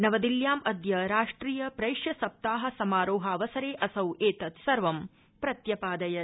नवदिल्ल्याम् अद्य राष्ट्रिय प्रैष्य सप्ताह समारोहावसरे असौ एतत् सर्वं प्रत्यपादयत्